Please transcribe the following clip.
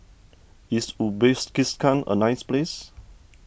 is Uzbekistan a nice place